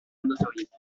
notoriété